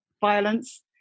violence